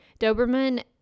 Doberman